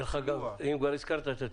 אם כבר הזכרת את הצימרים,